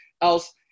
else